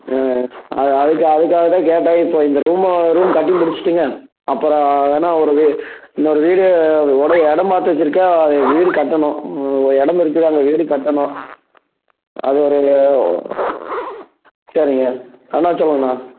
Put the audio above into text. ம் அத அதுக்கு அதுக்காக தான் கேட்டேன் இப்போ இந்த ரூமை ரூம் கட்டி முடிச்சிவிட்டுங்க அப்புறம் வேணா ஒரு வீ இன்னோரு வீடு ஒடை இடம் பார்த்து வச்சிருக்கேன் அது வீடு கட்டணும் இடம் இருக்கு அங்கே வீடு கட்டணும் அது வரையில சரிங்க அண்ணா சொல்லுங்க அண்ணா